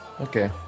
okay